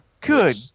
Good